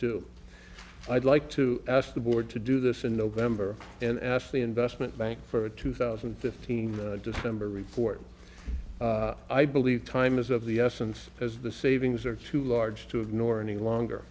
do i'd like to ask the board to do this in november and ask the investment bank for a two thousand and fifteen december report i believe time is of the essence because the savings are too large to ignore any longer